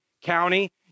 county